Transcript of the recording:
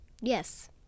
Yes